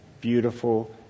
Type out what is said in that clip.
beautiful